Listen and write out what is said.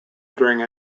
during